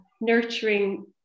nurturing